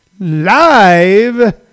live